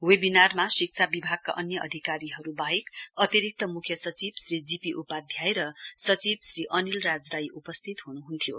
वेविनारमा शिक्षा विभागका अन्य अधिकारीहरु वाहेक अतिरिक्त मुख्य सचिव श्री जी पी उपाध्याय र सचिव श्री अनिल राज राई उपस्थित हुनुहुन्थ्यो